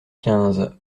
quinze